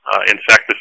insecticides